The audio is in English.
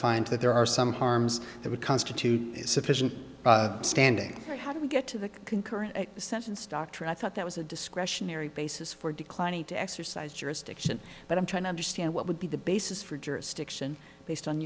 find that there are some harms that would constitute sufficient standing how do we get to the concurrent sentence dr i thought that was a discretionary basis for declining to exercise jurisdiction but i'm trying to understand what would be the basis for jurisdiction based on